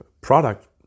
product